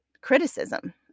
criticism